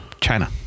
China